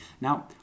Now